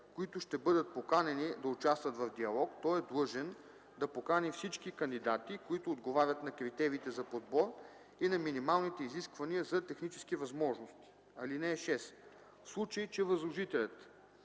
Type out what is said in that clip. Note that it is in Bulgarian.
които ще бъдат поканени да участват в диалог, той е длъжен да покани всички кандидати, които отговарят на критериите за подбор и на минималните изисквания за технически възможности. (6) В случай че възложителят